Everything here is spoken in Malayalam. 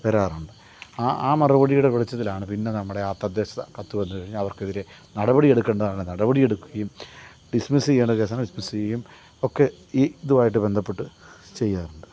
വരാറുണ്ട് ആ ആ മറുപടിയുടെ വെളിച്ചത്തിലാണ് പിന്നെ നമ്മുടെ ആ തദ്ദേശ കത്തുവന്ന് കഴിഞ്ഞാൽ അവർക്കെതിരെ നടപടി എടുക്കേണ്ടതാണ് നടപടിയെടുക്കുകയും ഡിസ്മിസ് ചെയ്യേണ്ട കേസാണെൽ ഡിസ്മിസ് ചെയ്യും ഒക്കെ ഈ ഇതുവായിട്ട് ബന്ധപ്പെട്ട് ചെയ്യാറുണ്ട്